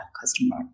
customer